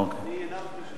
אין נמנעים.